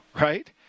Right